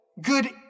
Good